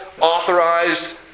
authorized